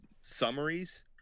summaries